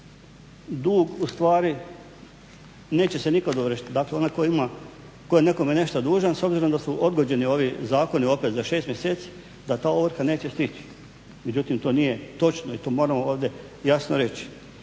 dug ustvari neće se nikad dovršiti. Dakle, onaj tko je nekome nešto dužan s obzirom da su odgođeni ovi zakoni opet za 6 mjeseci da ta ovrha neće stići. Međutim, to nije točno i to moramo ovdje jasno reći.